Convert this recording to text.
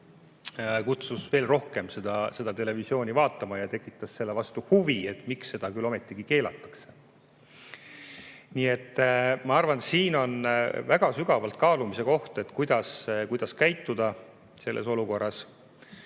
kutsus veel rohkem seda televisiooni vaatama ja tekitas selle vastu huvi, et miks seda küll ometigi keelatakse. Nii et ma arvan, et siin on väga sügava kaalumise koht, kuidas selles olukorras